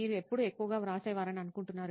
మీరు ఎప్పుడు ఎక్కువగా వ్రాసేవారని అనుకుంటున్నారు